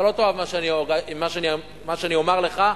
אתה לא תאהב את מה שאני אומר לך,